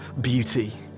beauty